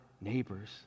neighbors